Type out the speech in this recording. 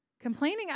Complaining